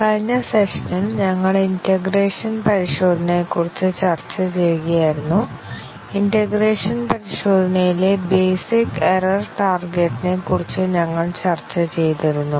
കഴിഞ്ഞ സെഷനിൽ ഞങ്ങൾ ഇന്റേഗ്രേഷൻ പരിശോധനയെക്കുറിച്ച് ചർച്ച ചെയ്യുകയായിരുന്നു ഇന്റേഗ്രേഷൻ പരിശോധനയിലെ ബേസിക് എറർ ടാർഗെറ്റ് നെ കുറിച്ച് ഞങ്ങൾ ചർച്ച ചെയ്തിരുന്നു